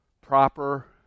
proper